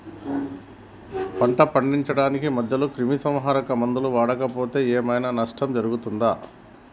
పంట పండించడానికి మధ్యలో క్రిమిసంహరక మందులు వాడకపోతే ఏం ఐనా నష్టం జరుగుతదా?